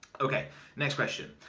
okay next question.